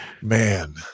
Man